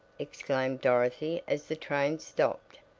exclaimed dorothy as the train stopped,